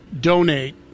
donate